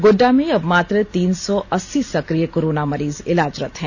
गोड्डा में अब मात्र तीन सौ अस्सी सक्रिय कोरोना मरीज इलाजरत हैं